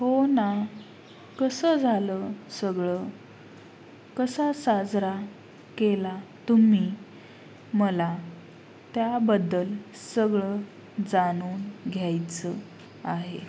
हो ना कसं झालं सगळं कसा साजरा केला तुम्ही मला त्याबद्दल सगळं जाणून घ्यायचं आहे